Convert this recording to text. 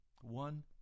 One